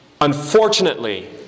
unfortunately